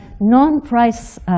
non-price